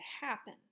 happen